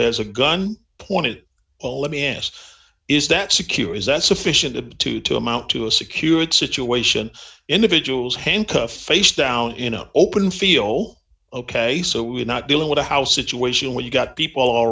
has a gun pointed at all let me ask is that secure is that sufficient to to amount to a secured situation individuals handcuffed face down in an open feel ok so we're not dealing with a house situation where you've got people all